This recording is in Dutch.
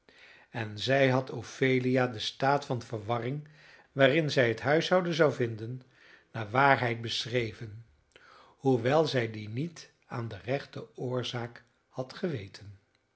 en zij had ophelia den staat van verwarring waarin zij het huishouden zou vinden naar waarheid beschreven hoewel zij dien niet aan de rechte oorzaak had geweten